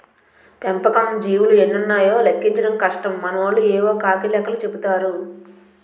పెంపకం జీవులు ఎన్నున్నాయో లెక్కించడం కష్టం మనోళ్లు యేవో కాకి లెక్కలు చెపుతారు